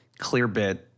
Clearbit